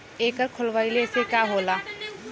एकर खोलवाइले से का होला?